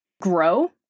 grow